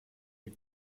des